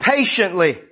Patiently